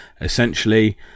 essentially